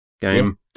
game